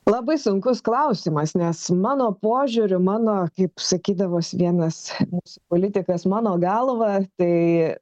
labai sunkus klausimas nes mano požiūriu mano kaip sakydavos vienas mūsų politikas mano galva tai